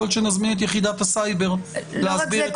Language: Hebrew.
יכול להיות שנזמין גם את יחידת הסייבר להסביר את המדיניות שלה.